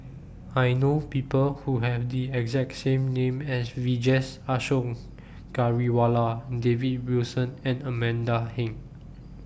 I know People Who Have The exact same name as Vijesh Ashok Ghariwala David Wilson and Amanda Heng